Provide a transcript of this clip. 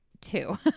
two